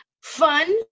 fun